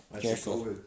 careful